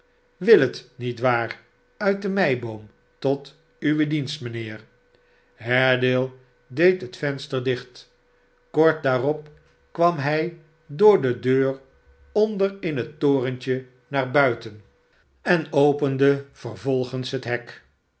willet niet waarf uit de meiboom tot uwe dienst mijnheer haredale deed het venster dicht kort daarop kwam hij door de deur onder in het torentje naar buiten en opende vervolgens het hek